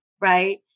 right